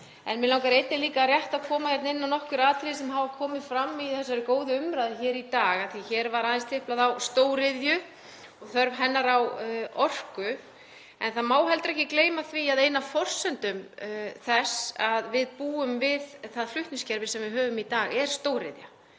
Mig langar líka rétt að koma inn á nokkur atriði sem hafa komið fram í þessari góðu umræðu í dag. Hér var aðeins tæpt á stóriðju og þörf hennar á orku. En það má heldur ekki gleyma því að ein af forsendum þess að við búum við það flutningskerfi sem við höfum í dag er stóriðjan.